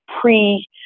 pre